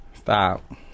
Stop